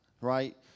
right